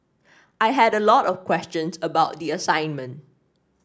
I had a lot of questions about the assignment